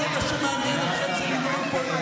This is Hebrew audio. כל מה שמעניין אתכם זה הון פוליטי.